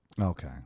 Okay